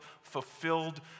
fulfilled